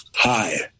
Hi